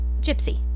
Gypsy